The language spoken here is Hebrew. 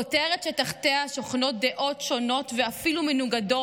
כותרת שתחתיה שוכנות דעות שונות ואפילו מנוגדות.